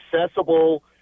accessible